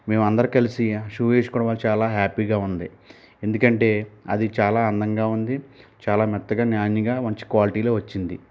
మేమందరు కలిసి షూ వేసుకోవడంవల్ల చాలా హ్యాపీగా ఉంది ఎందుకంటే అది చాలా అందంగా ఉంది చాలా మెత్తగా నాణ్యగా మంచి క్వాలిటీలో వచ్చింది